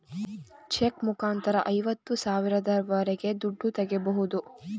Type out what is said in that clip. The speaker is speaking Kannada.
ಚೆಕ್ ಮುಖಾಂತರ ಐವತ್ತು ಸಾವಿರದವರೆಗೆ ದುಡ್ಡು ತಾಗೋಬೋದು